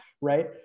Right